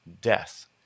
death